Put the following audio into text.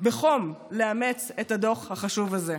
בחום לאמץ את הדוח החשוב הזה.